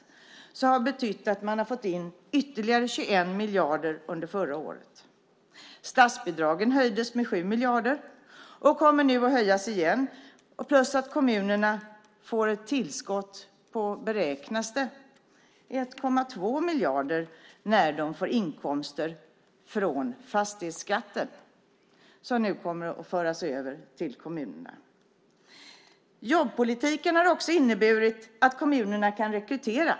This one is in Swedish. Det har betytt att man har fått in ytterligare 21 miljarder under förra året. Statsbidragen höjdes med 7 miljarder, och de kommer nu att höjas igen. Kommunerna får också tillskott på beräknat 1,2 miljarder när de får inkomster från fastighetsskatten, som nu kommer att föras över till kommunerna. Jobbpolitiken har också inneburit att kommunerna kan rekrytera.